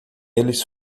eles